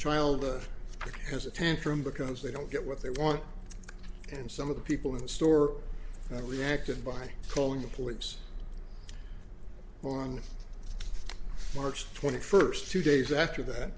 child has a tantrum because they don't get what they want and some of the people in the store reacted by calling the police on march twenty first two days after that